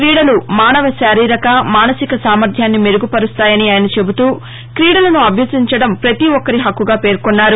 క్రీడలు మానవ శారీరక మానసిక సామర్థ్యాన్ని మెరుగు పరుస్తాయని ఆయన చెబుతూ క్రీడలను అభ్యసించడం ప్రతి ఒక్కరి హక్కుగా పేర్కొన్నారు